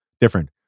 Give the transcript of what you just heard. different